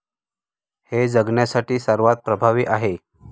हे जगण्यासाठी सर्वात प्रभावी आहे